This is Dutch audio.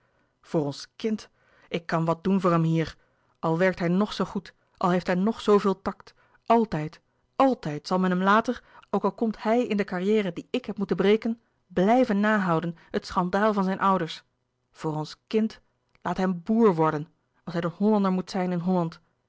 voor ons kind ik kan wat doen voor hem hier al werkt hij nog zoo goed al heeft hij nog zooveel tact altijd altijd zal men hem later ook al komt hij in de carrière die ik heb moeten breken blijven nahouden het schandaal van zijn ouders voor ons kind laat hem boèr worden als hij dan hollander moet zijn in holland